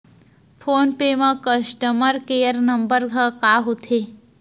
Phone पे म customer care number ह का होथे?